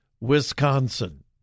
Wisconsin